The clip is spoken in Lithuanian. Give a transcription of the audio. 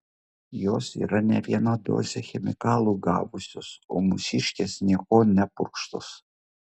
jos yra ne vieną dozę chemikalų gavusios o mūsiškės niekuo nepurkštos